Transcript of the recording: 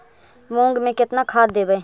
मुंग में केतना खाद देवे?